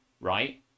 right